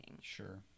Sure